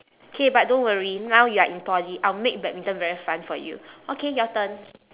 okay but don't worry now you're in poly I'll make badminton very fun for you okay your turn